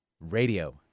Radio